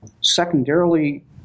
Secondarily